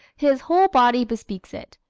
his whole body bespeaks it.